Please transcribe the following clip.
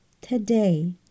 today